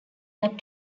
that